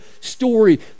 story